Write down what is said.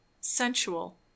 sensual